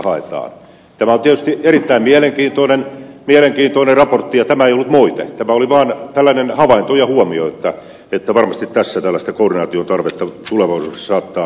tämä on tietysti erittäin mielenkiintoinen raportti ja tämä ei ollut moite tämä oli vaan tällainen havainto ja huomio että varmasti tällaista koordinaatiotarvetta tulevaisuudessa saattaa olla